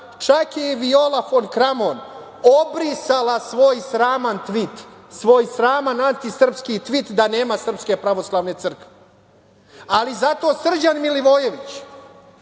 čak je i Viola fon Kramon obrisala svoj sraman tvit, svoj sraman antisrpski tvit da nema SPC.Ali, zato Srđan Milivojević